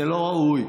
זה לא ראוי.